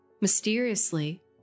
mysteriously